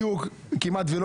ולא